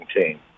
team